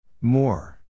More